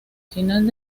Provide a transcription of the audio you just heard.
final